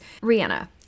rihanna